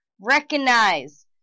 Recognize